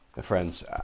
Friends